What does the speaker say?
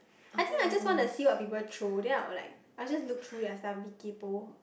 I think I just want to see what people throw then I would like I would just look through their stuff and be kay-poh